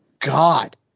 God